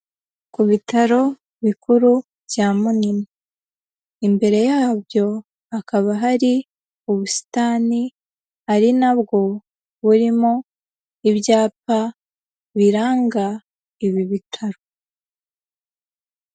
Ku bitaro bikuru bya Munini, imbere yabyo hakaba hari ubusitani, ari na bwo burimo ibyapa biranga ibi bitaro.